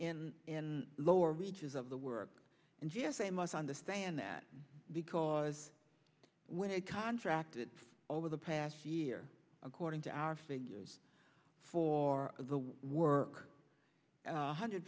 in lower reaches of the work and yes they must understand that because when they contracted over the past year according to our figures for the work one hundred